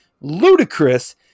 ludicrous